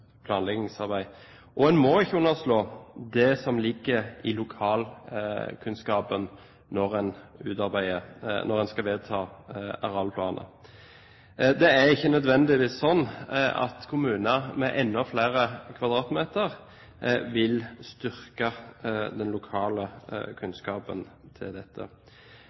En må ikke underslå det som ligger i lokalkunnskapen når en skal vedta arealplaner. Det er ikke nødvendigvis slik at kommuner med enda flere kvadratkilometer vil styrke den lokale kunnskapen om dette.